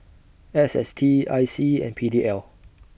S S T I C and P D L